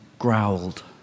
growled